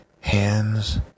hands